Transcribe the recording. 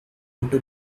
into